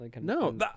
No